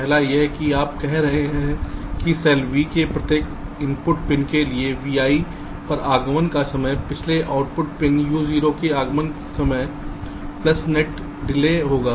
पहला यह है कि आप कह रहे हैं कि सेल v के प्रत्येक इनपुट पिन के लिए vi पर आगमन का समय पिछले आउटपुट पिन uo के आगमन समय प्लस नेट डिले होगा